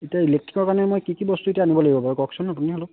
এতিয়া ইলেকট্ৰিকৰ কাৰণে মই কি বস্তু এতিয়া আনিব লাগিব বাৰু কওকচোন আপুনি অলপ